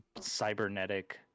cybernetic